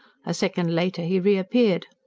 a second later he reappeared.